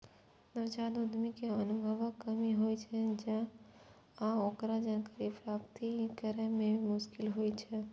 नवजात उद्यमी कें अनुभवक कमी होइ छै आ ओकरा जानकारी प्राप्त करै मे मोश्किल होइ छै